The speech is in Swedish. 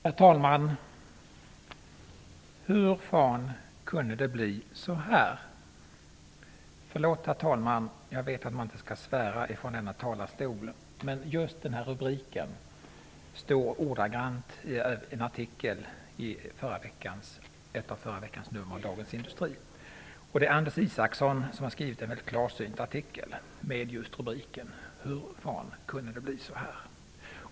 Herr talman! ''Hur fan kunde det bli så här?'' Förlåt, herr talman, jag vet att man inte skall svära från denna talarstol, men just den här rubriken återfinns över en artikel i ett av förra veckans nummer av Dagens Industri. Det är Anders Isaksson som har skrivit en mycket klarsynt artikel med denna rubrik.